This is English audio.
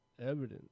evidence